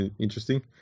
interesting